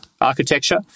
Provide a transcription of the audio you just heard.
architecture